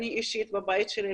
אני אישית בבית שלי,